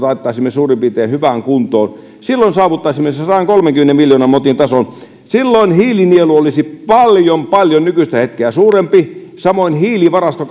laittaisimme suurin piirtein hyvään kuntoon saavuttaisimme sadankolmenkymmenen miljoonan motin tason silloin hiilinielu olisi paljon paljon nykyistä hetkeä suurempi samoin hiilivarasto